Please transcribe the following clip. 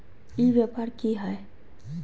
ई व्यापार की हाय?